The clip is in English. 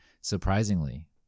Surprisingly